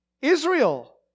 Israel